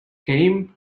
came